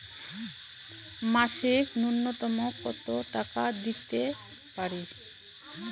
মাসিক নূন্যতম কত টাকা দিতে পারি?